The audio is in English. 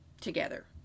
together